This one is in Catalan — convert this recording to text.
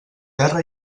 terra